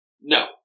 No